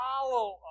follow